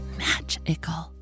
magical